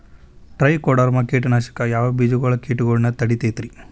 Trichoderma ಕೇಟನಾಶಕ ಯಾವ ಬೆಳಿಗೊಳ ಕೇಟಗೊಳ್ನ ತಡಿತೇತಿರಿ?